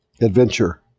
Adventure